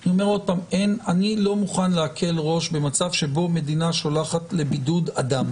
אני לא מוכן להקל ראש במצב שבו מדינה שולחת לבידוד אדם